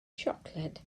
siocled